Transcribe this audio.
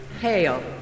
Hail